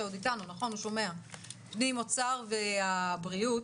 האוצר והבריאות.